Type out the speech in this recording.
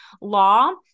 law